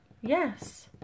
Yes